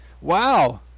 Wow